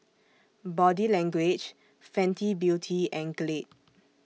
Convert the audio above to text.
Body Language Fenty Beauty and Glade